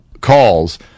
calls